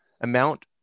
amount